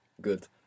Good